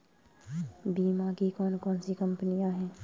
बीमा की कौन कौन सी कंपनियाँ हैं?